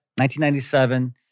1997